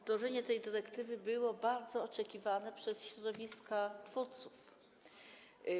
Wdrożenie tej dyrektywy było bardzo oczekiwane przez środowiska twórców.